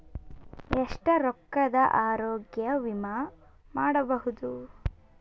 ಎಷ್ಟ ರೊಕ್ಕದ ಆರೋಗ್ಯ ವಿಮಾ ಮಾಡಬಹುದು?